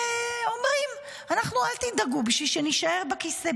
ואומרים, אל תדאגו, בשביל שנישאר בכיסא.